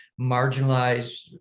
marginalized